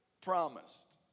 promised